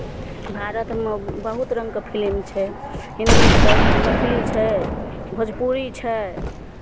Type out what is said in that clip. भारतमे बहुत रङ्गके फिलिम छै हिंदी छै मैथिली छै भोजपुरी छै